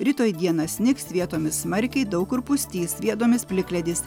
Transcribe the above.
rytoj dieną snigs vietomis smarkiai daug kur pustys viedomis plikledis